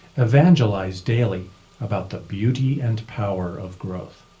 evangelise daily about the beauty and power of growth.